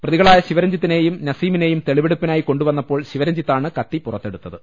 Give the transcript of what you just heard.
പ്രതി കളായ ശിവരഞ്ജിത്തിനെയും നസീമിനെയും തെളിവെടുപ്പി നായി കൊണ്ടു വന്നപ്പോൾ ശിവരഞ്ജിത്താണ് കത്തി പുറത്തെ ടുത്തത്